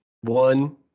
One